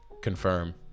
confirm